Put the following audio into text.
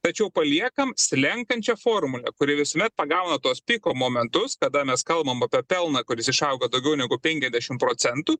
tačiau paliekam slenkančią formulę kuri visuomet pagauna tuos piko momentus kada mes kalbam apie pelną kuris išaugo daugiau negu penkiasdešim procentų